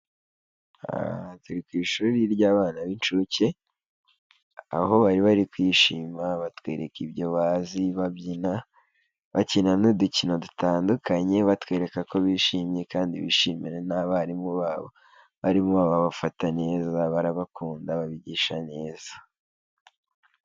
Aha turi ku ishuri ry'abana b'incuke, aho bari bari kwishima, batwereka ibyo bazi, babyina, bakina n'udukino dutandukanye batwereka ko bishimye kandi bishimiye n'abarimu babo, abarimu babo babafata neza, barabakunda babigisha neza.